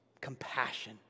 compassion